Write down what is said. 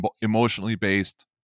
emotionally-based